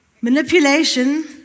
Manipulation